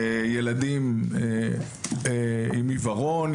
ילדים עם עיוורון,